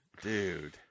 dude